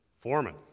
Foreman